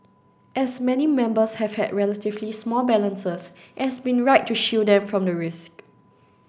as many members have had relatively small balances it has been right to shield them from the risk